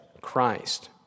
Christ